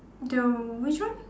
the which one